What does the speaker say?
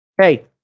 Hey